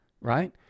right